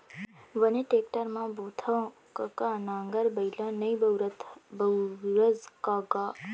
बने टेक्टर म बोथँव कका नांगर बइला नइ बउरस का गा?